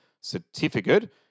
certificate